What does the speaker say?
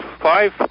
five